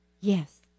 Yes